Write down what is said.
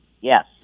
Yes